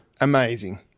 amazing